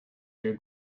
your